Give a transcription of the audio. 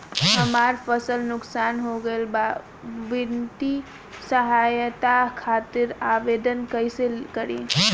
हमार फसल नुकसान हो गईल बा वित्तिय सहायता खातिर आवेदन कइसे करी?